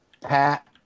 Pat